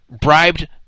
Bribed